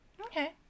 okay